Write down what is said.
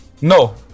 No